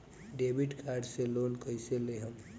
Debit card से loan कईसे लेहम?